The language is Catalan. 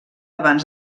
abans